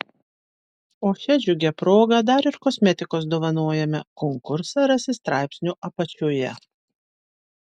o šia džiugia proga dar ir kosmetikos dovanojame konkursą rasi straipsnio apačioje